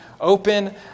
open